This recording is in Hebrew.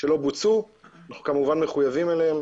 שלא בוצעו, אנחנו כמובן מחויבים אליהם.